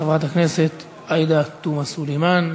חברת הכנסת עאידה תומא סלימאן,